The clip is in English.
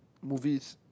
movies